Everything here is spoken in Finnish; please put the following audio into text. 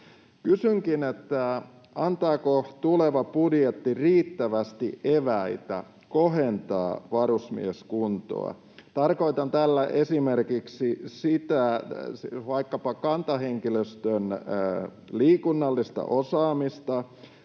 antaako tuleva budjetti riittävästi eväitä kohentaa varusmieskuntoa? Tarkoitan tällä esimerkiksi kantahenkilöstön liikunnallista osaamista